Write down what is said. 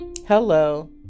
Hello